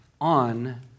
on